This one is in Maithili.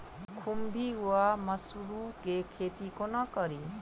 खुम्भी वा मसरू केँ खेती कोना कड़ी?